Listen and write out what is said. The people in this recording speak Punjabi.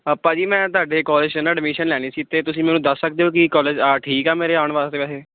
ਭਾਅ ਜੀ ਮੈਂ ਤੁਹਾਡੇ ਕੋਲੇਜ 'ਚ ਨਾ ਐਡਮਿਸ਼ਨ ਲੈਣੀ ਸੀ ਅਤੇ ਤੁਸੀਂ ਮੈਨੂੰ ਦੱਸ ਸਕਦੇ ਹੋ ਕਿ ਕੋਲੇਜ ਆ ਠੀਕ ਆ ਮੇਰੇ ਆਉਣ ਵਾਸਤੇ ਵੈਸੇ